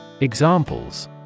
Examples